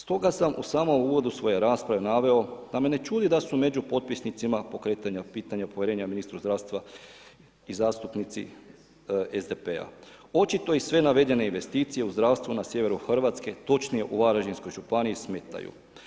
Stoga sam u samom uvodu svoje rasprave naveo, da me ne čudi da su među potpisnicima, pokretanja pitanja povjerenja ministra zdravstva i zastupnici SDP-a, očito i sve navedene investicije u zdravstvu na sjeveru Hrvatske, točnije u Varaždinskoj županiji smetaju.